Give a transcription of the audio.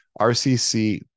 RCC